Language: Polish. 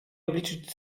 obliczyć